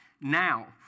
now